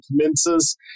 commences